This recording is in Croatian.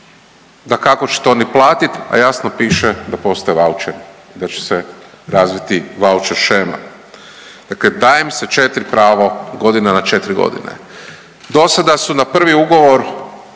da kako će to oni platit, a jasno piše da postoje vaučeri, da će se razviti vaučer shema, dakle daje se 4 pravo godina na 4.g.. Dosada su na prvi ugovor